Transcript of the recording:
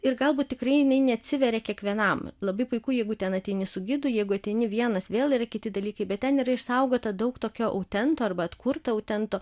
ir galbūt tikrai jinai neatsiveria kiekvienam labai puiku jeigu ten ateini su gidu jeigu ateini vienas vėl yra kiti dalykai bet ten yra išsaugota daug tokio autento arba atkurto autento